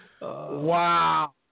Wow